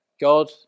God